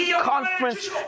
conference